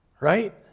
Right